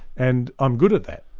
and i'm good at that.